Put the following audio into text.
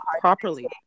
properly